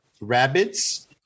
rabbits